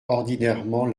ordinairement